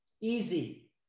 Easy